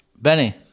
Benny